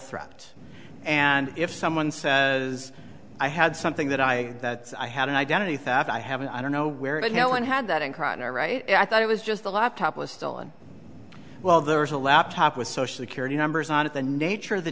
threat and if someone says i had something that i that i had an identity theft i have an i don't know where it no one had that in chrono right i thought it was just the laptop was stolen well there was a laptop with social security numbers on it the nature of the